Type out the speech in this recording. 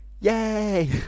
Yay